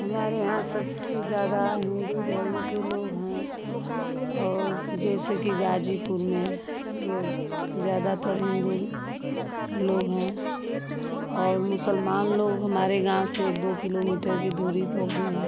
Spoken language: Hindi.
हमारे यहाँ सबसे ज़्यादा हिन्दू धर्म के लोग हैं और जैसे कि गाजीपुर में लोग ज़्यादातर हिन्दू लोग हैं और मुसलमान लोग हमारे गाँव से एक दो किलोमीटर की दूरी पर भी हैं